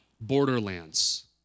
borderlands